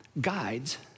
guides